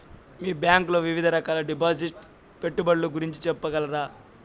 మీ bank లో వివిధ రకాల డిపాసిట్స్, పెట్టుబడుల గురించి సెప్పగలరా?